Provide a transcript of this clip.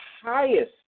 highest